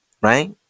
Right